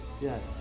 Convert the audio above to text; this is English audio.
Yes